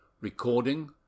recording